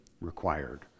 required